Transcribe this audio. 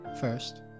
First